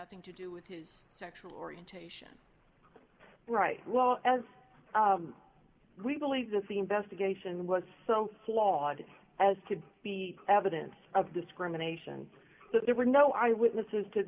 nothing to do with his sexual orientation right well as we believe that the investigation was so flawed as to be evidence of discrimination that there were no eyewitnesses to